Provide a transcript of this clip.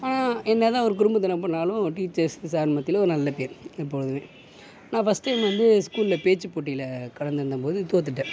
என்னதான் ஒரு குறும்புத்தனம் பண்ணாலும் டீச்சர்ஸ் சார் மத்தியில் ஒரு நல்ல பேர் எப்பொழுதுமே நான் பர்ஸ்ட் டைம் வந்து ஸ்கூலில் பேச்சுப்போட்டியில் கலந்துறந்தம்போது தோற்றுட்டன்